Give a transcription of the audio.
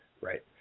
Right